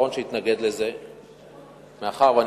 חברת הכנסת סולודקין,